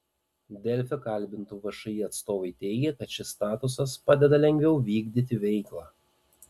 delfi kalbintų všį atstovai teigė kad šis statusas padeda lengviau vykdyti veiklą